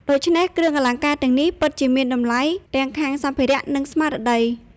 ដូច្នេះ គ្រឿងអលង្ការទាំងនេះពិតជាមានតម្លៃទាំងខាងសម្ភារៈ និងស្មារតី។